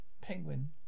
Penguin